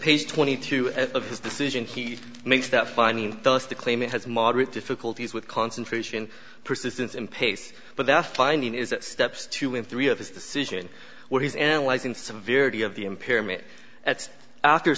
page twenty two of his decision he makes that final list to claim it has moderate difficulties with concentration persistence in pace but that finding is that steps two and three of his decision what he's analyzing severity of the impairment after